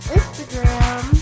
Instagram